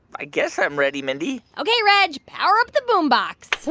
i guess i'm ready, mindy ok, reg. power up the boombox